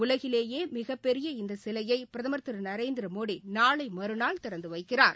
உலகிலேயேமிகப்பெரிய இந்தசிலையைபிரதமர் திருநரேந்திரமோடிநாளைமறுநாள் திறந்துவைக்கிறார்